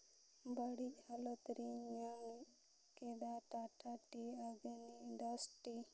ᱵᱟᱹᱲᱤᱡᱽ ᱦᱟᱞᱚᱛ ᱨᱤᱧ ᱧᱟᱢ ᱠᱮᱫᱟ Tata tea Agni dust T